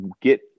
get